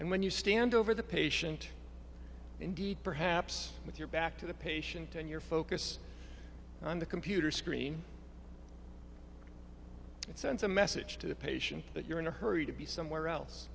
and when you stand over the patient indeed perhaps with your back to the patient and your focus on the computer screen it sends a message to the patient that you're in a hurry to be somewhere else